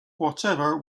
whatever